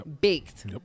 baked